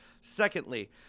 secondly